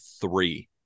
three